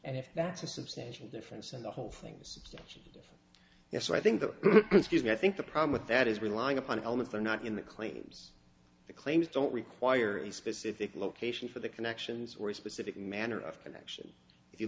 and if that's a substantial difference and the whole thing is substantial yes i think that excuse me i think the problem with that is relying upon elements are not in the claims the claims don't require a specific location for the connections or a specific manner of connection if you